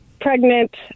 pregnant